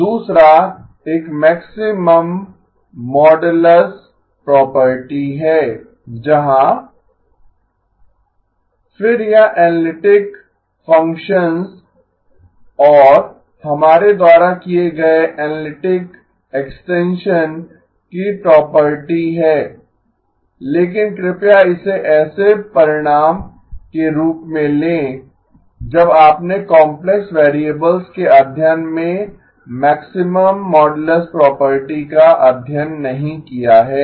दूसरा एक maximum modulus property है जहां फिर यह एनालिटिक फ़ंक्शंस और हमारे द्वारा किए गए एनालिटिक एक्सटेंशन की प्रॉपर्टी है लेकिन कृपया इसे ऐसे परिणाम के रूप में लें जब आपने काम्प्लेक्स वेरिएबल्स के अध्ययन में मैक्सिमम मोडूलस प्रॉपर्टी का अध्ययन नहीं किया है